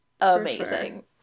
Amazing